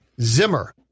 Zimmer